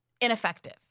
ineffective